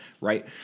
right